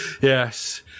Yes